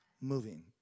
moving